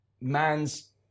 man's